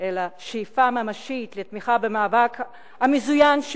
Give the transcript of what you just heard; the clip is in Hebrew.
אלא שאיפה ממשית לתמיכה במאבק המזוין של